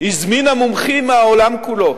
הזמינה מומחים מהעולם כולו,